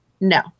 no